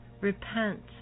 Repent